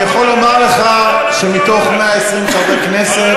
אני יכול לומר לך שמתוך 120 חברי כנסת,